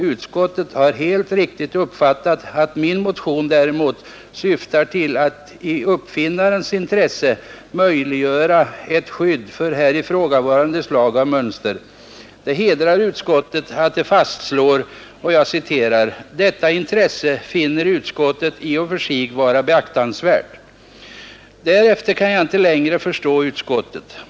Utskottet har helt riktigt uppfattat att min motion däremot syftar till att i uppfinnarens intresse möjliggöra ett skydd för här ifrågavarande slag av mönster. Det hedrar utskottet att det fastslår: ”Detta intresse finner utskottet i och för sig vara beaktansvärt.” Därefter kan jag inte längre förstå utskottet.